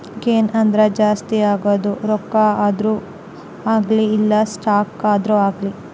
gain ಅಂದ್ರ ಜಾಸ್ತಿ ಆಗೋದು ರೊಕ್ಕ ಆದ್ರೂ ಅಗ್ಲಿ ಇಲ್ಲ ಸ್ಟಾಕ್ ಆದ್ರೂ ಆಗಿರ್ಲಿ